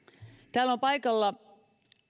täällä on paikalla